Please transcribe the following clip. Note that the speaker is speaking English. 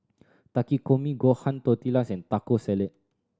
Takikomi Gohan Tortillas and Taco Salad